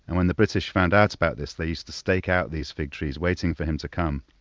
and when the british found out about this, they used to stake out these fig trees waiting for him to come.